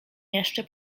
jeszcze